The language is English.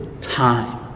time